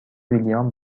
ویلیام